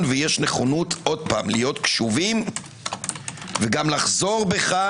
ויש נכונות להיות קשובים וגם לחזור בך,